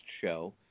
show